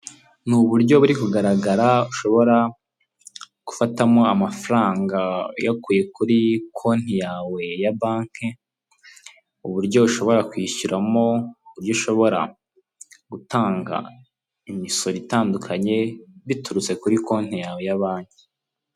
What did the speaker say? Ni uburyo buri kugaragara ushobora gufatamo amafaranga uyakuye kuri konti yawe ya banke. Uburyo ushobora kwishyuramo, uburyo ushobora gutanga imisoro itandukanye biturutse kuri konti yawe ya banke.